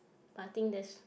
but I think there's